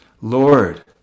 Lord